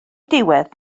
diwedd